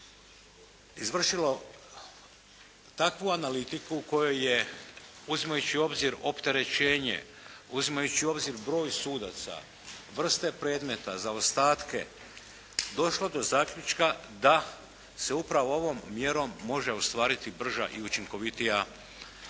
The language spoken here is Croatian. izvršilo takvu analitiku u kojoj je uzimajući u obzir opterećenje, uzimajući u obzir broj sudaca, vrste predmeta, zaostatke došlo do zaključka da se upravo ovom mjerom može ostvariti brža i učinkovitija i jeftinija